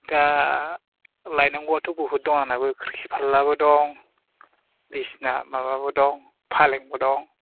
दा लायनांगौआथ' बहुथ दं आंनाबो किरकि फाल्लाबो दं बिसिना माबाबो दं फालेंबो दं